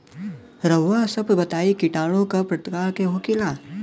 रउआ सभ बताई किटाणु क प्रकार के होखेला?